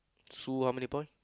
Sue how many point